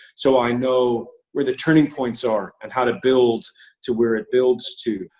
so i know where the turning points are, and how to build to where it builds to.